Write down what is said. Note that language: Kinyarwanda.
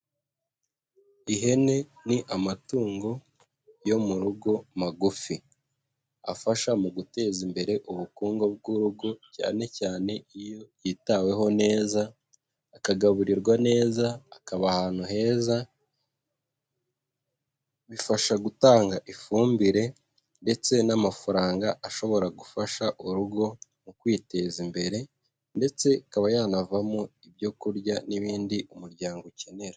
Ihene ni amatungo yo mu rugo magufi, afasha mu guteza imbere ubukungu bw'urugo cyane cyane iyo yitaweho neza akagaburirwa neza, akaba ahantu heza, bifasha gutanga ifumbire ndetse n'amafaranga ashobora gufasha urugo mu kwiteza imbere ndetse ikaba yanavamo ibyo kurya n'ibindi umuryango ukenera.